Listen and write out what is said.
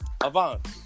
Avant